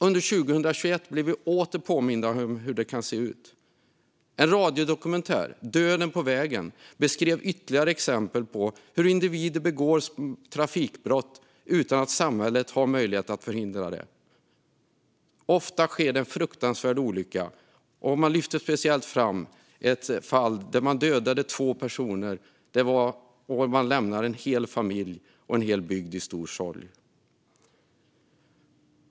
Under 2021 blev vi åter påminda om hur det kan se ut. En radiodokumentär, Döden på vägen , gav ytterligare exempel på hur individer begår trafikbrott utan att samhället har möjlighet att förhindra det. Ofta sker en fruktansvärd olycka. Man lyfte speciellt fram ett fall där två personer dödades och en familj och en hel bygd lämnades i stor sorg.